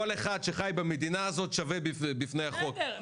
כל אחד שחי במדינה הזאת שווה בפני החוק -- בסדר,